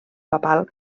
papal